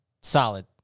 Solid